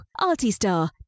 Artistar